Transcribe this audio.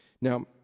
Now